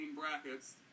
brackets